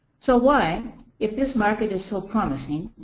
so why if this market is so promising,